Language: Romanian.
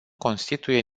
constituie